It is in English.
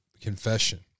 confession